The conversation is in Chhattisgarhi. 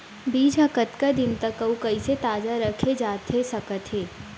बीज ह कतका दिन तक अऊ कइसे ताजा रखे जाथे सकत हे?